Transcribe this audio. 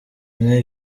inka